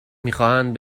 میخواهند